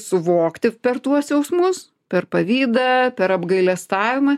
suvokti per tuos jausmus per pavydą per apgailestavimą